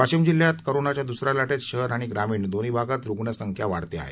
वाशीम जिल्ह्यात कोरोनाच्या दुसऱ्या लाटेत शहर आणि ग्रामीण दोन्ही भागात रुग्ण संख्या वाढली आहे